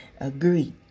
agree